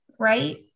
Right